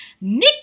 Nick